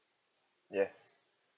yes